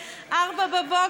04:00,